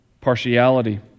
partiality